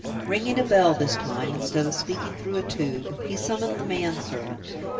ringing a bell this time, instead of speaking through a tube, he summoned the man-servant,